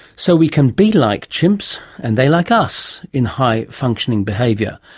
so we can be like chimps and they like us in high functioning behaviour,